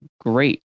great